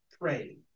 pray